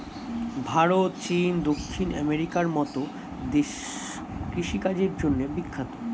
ভারত, চীন, দক্ষিণ আমেরিকার মতো দেশ কৃষি কাজের জন্যে বিখ্যাত